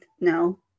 no